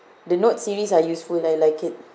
the note series are useful I like it